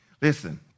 Listen